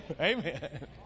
Amen